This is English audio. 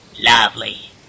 Lovely